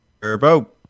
Turbo